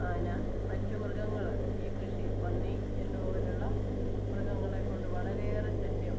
ആന മറ്റ് മൃഗങ്ങള് ഈ കൃഷി പന്നി എന്ന പോലുള്ള മൃഗങ്ങളെക്കൊണ്ട് വളരെയേറെ ശല്യം